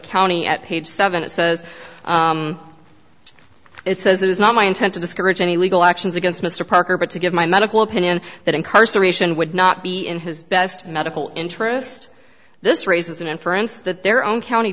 county at page seven it says it says it was not my intent to discourage any legal actions against mr parker but to give my medical opinion that incarceration would not be in his best medical interest this raises an inference that their own county